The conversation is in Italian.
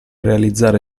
realizzare